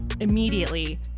immediately